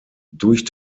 durch